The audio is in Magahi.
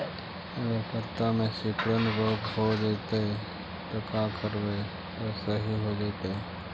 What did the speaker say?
अगर पत्ता में सिकुड़न रोग हो जैतै त का करबै त सहि हो जैतै?